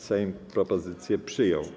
Sejm propozycję przyjął.